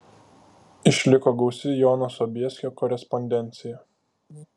išliko gausi jono sobieskio korespondencija